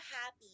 happy